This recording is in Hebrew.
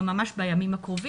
ממש בימים הקרובים,